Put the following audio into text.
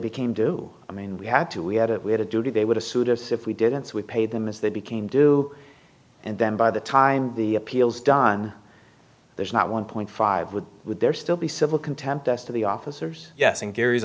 became due i mean we had to we had it we had a duty they would have sued us if we didn't so we paid them as they became due and then by the time the appeals done there's not one point five would would there still be civil contempt as to the officers yes and gary